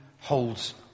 Holds